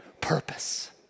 purpose